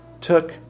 took